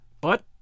But